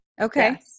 Okay